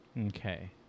Okay